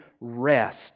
rest